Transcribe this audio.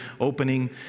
opening